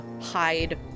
hide